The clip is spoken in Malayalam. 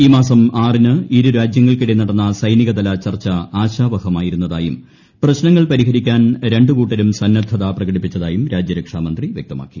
ഈ മാസം ആറിന് ഇരുരാജ്യങ്ങൾക്കിടെ നടന്ന സൈനിക തല ചർച്ച ആശാവഹമായിരുന്നതായും പ്രശ്നങ്ങൾ പരിഹരിക്കാൻ രണ്ടുകൂട്ടരും സന്നദ്ധത പ്രകടിപ്പിച്ചതായും രാജ്യരക്ഷാമന്ത്രി വൃക്തമാക്കി